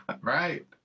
Right